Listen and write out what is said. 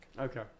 Okay